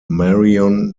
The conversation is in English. marion